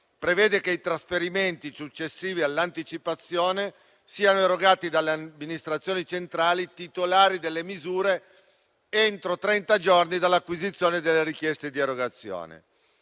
prevede che i trasferimenti successivi all'anticipazione siano erogati dalle amministrazioni centrali titolari delle misure entro trenta giorni dall'acquisizione delle richieste di erogazione.